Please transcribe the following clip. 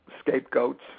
scapegoats